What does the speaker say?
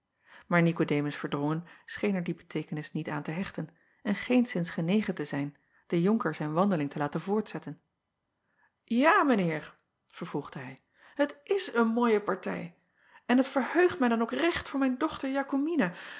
aar ikodemus erdrongen scheen er die beteekenis niet aan te hechten en geenszins genegen te zijn den onker zijn wandeling te laten voortzetten a mijn eer vervolgde hij het is een mooie partij en het verheugt mij dan ook recht voor mijn dochter